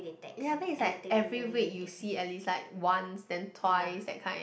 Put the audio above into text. ya then it's like every week you see at least like once and twice that kind